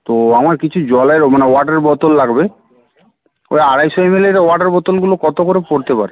তো আমার কিছু জলের মানে ওয়াটার বোতল লাগবে ওই আড়াইশো এম এলের ওয়াটার বোতলগুলো কতো করে পড়তে পারে